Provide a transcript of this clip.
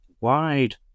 wide